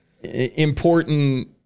important